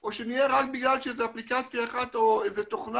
או שנהיה רק בגלל שאיזו אפליקציה אחת או איזו תוכנה